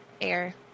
air